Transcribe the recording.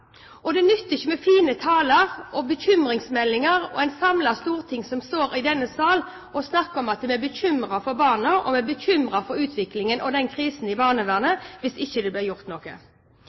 Det nytter ikke med fine taler og bekymringsmeldinger, med et samlet storting som snakker om at man er bekymret for barna og bekymret for utviklingen og krisen i barnevernet, hvis det ikke blir gjort noe.